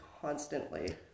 constantly